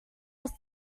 asked